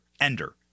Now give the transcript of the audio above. ender